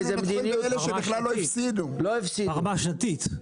אלה שבכלל לא הפסידו ברמה השנתית.